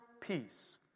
peace